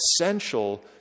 essential